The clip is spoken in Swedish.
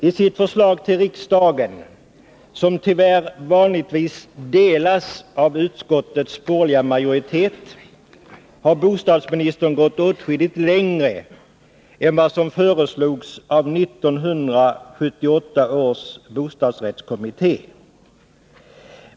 I sitt förslag till riksdagen — som tyvärr, liksom vanligtvis, delas av utskottets borgerliga majoritet — har bostadsministern gått åtskilligt längre än vad som föreslogs av 1978 års bostadsrättskommitté.